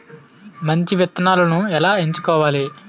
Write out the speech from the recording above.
మంచి విత్తనాలను ఎలా ఎంచుకోవాలి?